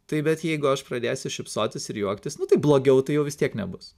tai bet jeigu aš pradėsiu šypsotis ir juoktis nu tai blogiau tai jau vis tiek nebus